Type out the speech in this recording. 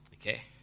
Okay